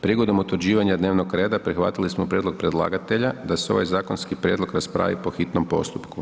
Prigodom utvrđivanja dnevnog reda prihvatili smo prijedlog predlagatelja da se ovaj zakonski prijedlog raspravi po hitnom postupku.